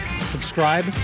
subscribe